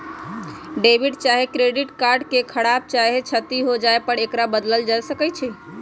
debit चाहे credit card के खराप चाहे क्षति हो जाय पर एकरा बदल सकइ छी